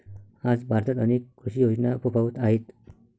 आज भारतात अनेक कृषी योजना फोफावत आहेत